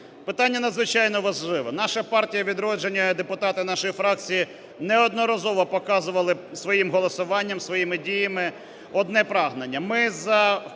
Питання надзвичайно важливе. Наша "Партія "Відродження" і депутати нашої фракції неодноразово показували своїм голосуванням, своїми діями одне прагнення: